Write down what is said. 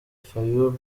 fayulu